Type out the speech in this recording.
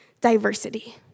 diversity